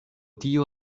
tio